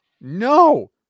No